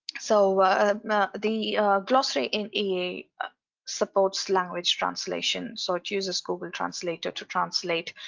so ah the glossary in ea supports language translation so it uses google translator to translate